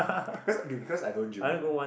cause we cause I don't gym